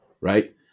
right